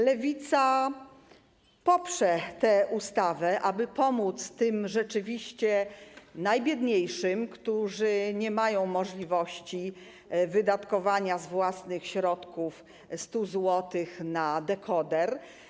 Lewica poprze tę ustawę, aby pomóc tym rzeczywiście najbiedniejszym, którzy nie mają możliwości wydatkowania z własnych środków 100 zł na dekoder.